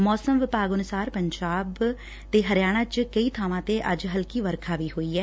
ਮੌਸਮ ਵਿਭਾਗ ਅਨੁਸਾਰ ਪੰਜਾਬ ਤੇ ਹਰਿਆਣਾ ਚ ਕਈ ਬਾਵਾ ਤੇ ਅੱਜ ਹਲਕੀ ਵਰਖਾ ਵੀ ਹੋਈ ਐ